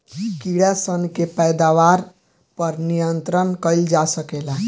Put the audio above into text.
कीड़ा सन के पैदावार पर नियंत्रण कईल जा सकेला